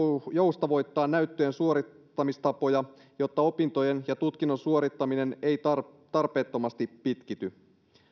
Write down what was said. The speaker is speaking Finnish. joustavoittaa näyttöjen suorittamistapoja jotta opintojen ja tutkinnon suorittaminen ei tarpeettomasti pitkity